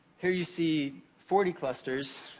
here, you see forty clusters,